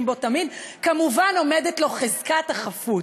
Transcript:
בו תמיד: כמובן עומדת לו חזקת החפות,